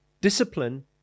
discipline